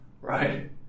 Right